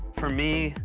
for me,